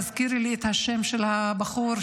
תזכירי לי את השם של הבחור.